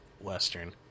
Western